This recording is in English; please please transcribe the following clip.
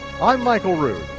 i'm michael rood,